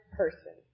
person